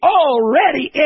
already